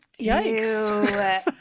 yikes